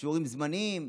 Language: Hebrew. אישורים זמניים.